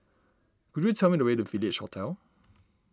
could you tell me the way to Village Hotel